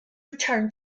returned